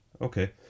Okay